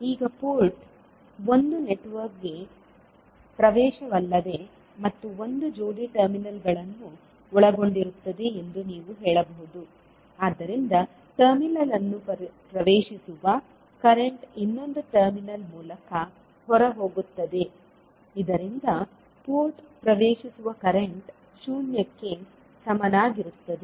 ಈಗ ಪೋರ್ಟ್ ಒಂದು ನೆಟ್ವರ್ಕ್ಗೆ ಪ್ರವೇಶವಲ್ಲದೆ ಮತ್ತು ಒಂದು ಜೋಡಿ ಟರ್ಮಿನಲ್ಗಳನ್ನು ಒಳಗೊಂಡಿರುತ್ತದೆ ಎಂದು ನೀವು ಹೇಳಬಹುದು ಒಂದು ಟರ್ಮಿನಲ್ ಅನ್ನು ಪ್ರವೇಶಿಸುವ ಕರೆಂಟ್ ಇನ್ನೊಂದು ಟರ್ಮಿನಲ್ ಮೂಲಕ ಹೊರಹೋಗುತ್ತದೆ ಇದರಿಂದ ಪೋರ್ಟ್ ಪ್ರವೇಶಿಸುವ ಕರೆಂಟ್ ಶೂನ್ಯಕ್ಕೆ ಸಮನಾಗಿರುತ್ತದೆ